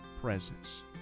presence